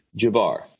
Jabbar